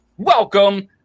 welcome